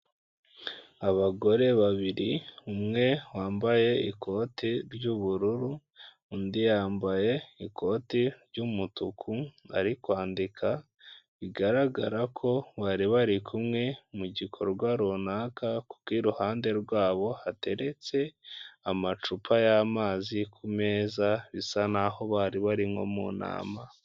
Abagore babiri umwe wambaye ikoti ry'ubururu undi yambaye ikoti ry'umutuku ari kwandika, bigaragara ko bari barikumwe mu gikorwa runaka kuko i ruhande rwabo hateretse amacupa y'amazi ku meza bisa naho bari bari nko mu nama.